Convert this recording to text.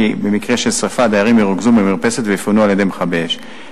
כי במקרה של שרפה הדיירים ירוכזו במרפסת ויפונו על-ידי מכבי-האש.